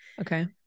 okay